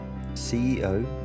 CEO